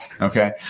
Okay